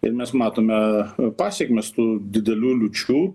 ir mes matome pasekmes tų didelių liūčių